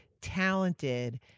talented